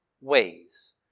ways